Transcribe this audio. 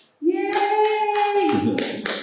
yay